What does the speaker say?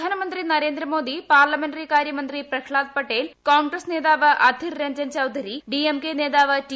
പ്രധാനമന്ത്രി നരേന്ദ്രമോദി പ്പിർല്ക്മെന്ററി കാര്യമന്ത്രി പ്രഹ്ളാദ് പട്ടേൽ കോൺഗ്രസ് നേതാവ് അധീർരഞ്ജൻ ചൌധരി ഡിഎംകെ നേതാവ് ടി